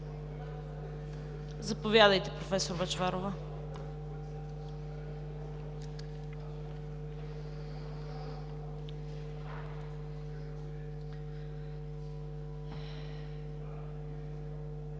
Заповядайте, проф. Бъчварова.